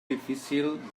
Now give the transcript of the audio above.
difícil